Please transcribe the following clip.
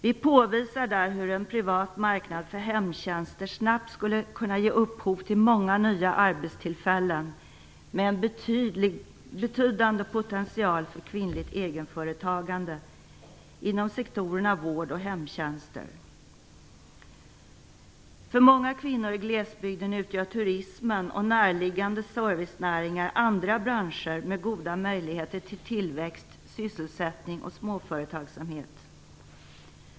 Vi påvisar där hur en privat marknad för hemtjänster snabbt skulle kunna ge upphov till många nya arbetstillfällen med en betydande potential för kvinnligt egenföretagande inom sektorerna vård och hemtjänster. För många kvinnor i glesbygden utgör turismen och närliggande servicenäringar andra branscher med goda möjligheter till tillväxt, sysselsättning och småföretagsamhet.